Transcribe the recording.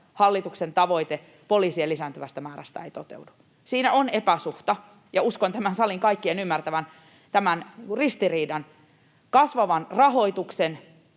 hallituksen tavoite poliisien lisääntyvästä määrästä ei toteudu? Siinä on epäsuhta, ja uskon tässä salissa kaikkien ymmärtävän tämän ristiriidan yhtäältä kasvavan rahoituksen